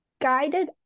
guided